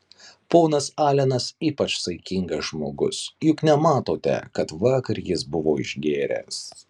ponas alenas ypač saikingas žmogus juk nemanote kad vakar jis buvo išgėręs